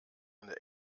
eine